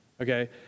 Okay